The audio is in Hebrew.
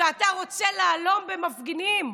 שאתה רוצה להלום במפגינים?